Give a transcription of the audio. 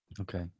Okay